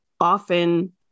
often